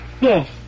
Yes